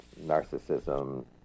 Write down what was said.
narcissism